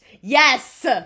Yes